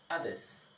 others